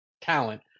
talent